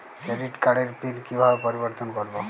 Credit কার্ডের pin কিভাবে পরিবর্তন করবো?